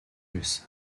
байсан